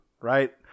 right